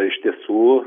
iš tiesų